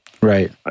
Right